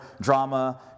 drama